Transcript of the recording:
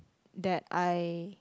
that I